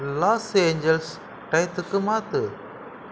loss Angeles மாற்று